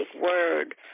word